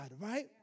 right